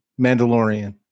mandalorian